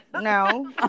No